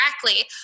correctly